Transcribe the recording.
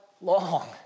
long